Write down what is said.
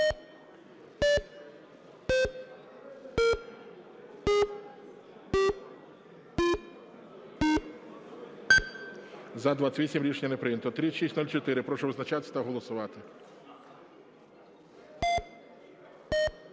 За-28 Рішення не прийнято. 3604. Прошу визначатись та голосувати.